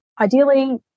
ideally